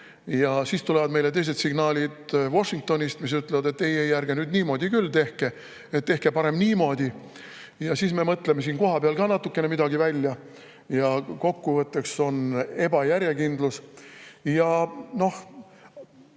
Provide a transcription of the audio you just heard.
ja siis tulevad teised signaalid Washingtonist, mis ütlevad, et ei-ei, ärge nüüd niimoodi küll tehke, tehke parem niimoodi. Siis me mõtleme siin kohapeal ka natukene midagi välja ja kokkuvõttes [tekib] ebajärjekindlus. Isiksuse